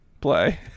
play